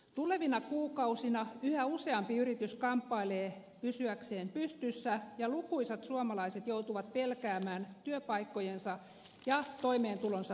tulevina kuukausina yhä useampi yritys kamppailee pysyäkseen pystyssä ja lukuisat suomalaiset joutuvat pelkäämään työpaikkojensa ja toimeentulonsa puolesta